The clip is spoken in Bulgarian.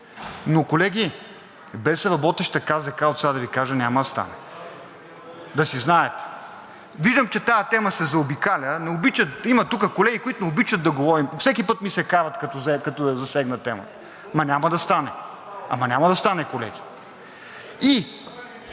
но колеги, без работеща КЗК, отсега да Ви кажа, няма да стане, да си знаете. Виждам, че тази тема се заобикаля. Има тук колеги, които не обичат да говорим, и всеки път ми се карат като я засегна темата. Ама няма да стане. Ама няма да стане, колеги! И